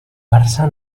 barça